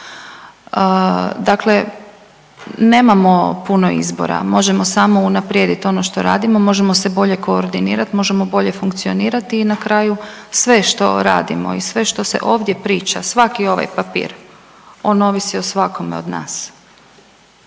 Dakle, nemamo puno izbora, možemo samo unaprijediti ono što radimo, možemo se bolje koordinirati, možemo bolje funkcionirati i na kraju sve što radimo i sve što se ovdje priča, svaki ovaj papir on ovisi o svakome od nas.